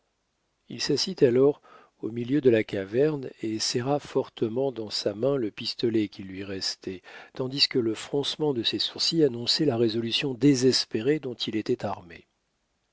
il s'assit alors au milieu de la caverne et serra fortement dans sa main le pistolet qui lui restait tandis que le froncement de ses sourcils annonçait la résolution désespérée dont il était armé